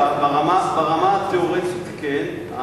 ברמה התיאורטית, כן.